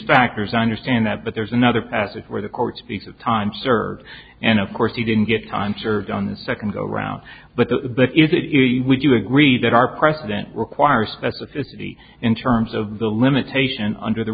factors i understand that but there's another passage where the court speaks of time served and of course you didn't get time served on the second go around but the is it would you agree that our president requires specificity in terms of the limitation under the